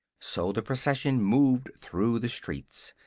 so the procession moved through the streets,